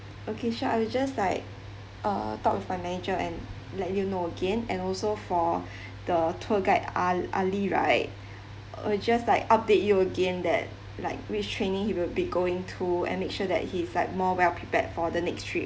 okay sure I will just like uh talk with my manager and let you know again and also for the tour guide al~ ali right uh just like update you again that like whcih training he will be going to and make sure that he is like more well prepared for the next trip